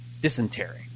dysentery